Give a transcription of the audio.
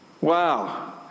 wow